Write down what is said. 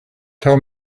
tell